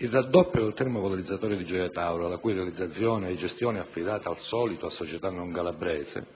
Il raddoppio del termovalorizzatore di Gioia Tauro, la cui realizzazione e gestione è affidata - al solito - a società non calabrese,